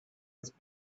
his